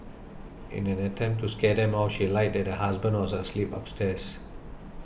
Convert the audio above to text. in an attempt to scare them off she lied that her husband was asleep upstairs